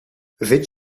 vind